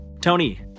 Tony